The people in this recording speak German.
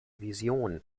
vision